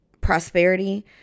prosperity